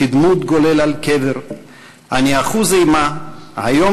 כדמות גולל על קבר / אני אחוז אימה / היום